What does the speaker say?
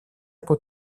από